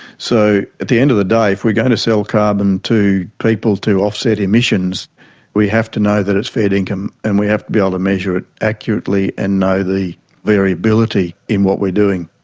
so at the end of the day if we're going to sell carbon to people to offset emissions we have to know that it's fair dinkum, and we have to be able to measure it accurately and know the variability in what we're doing.